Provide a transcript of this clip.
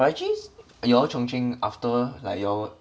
but actually you all chung cheng after like y'all